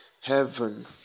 heaven